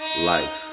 Life